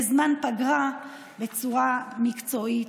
בזמן פגרה בצורה מקצועית.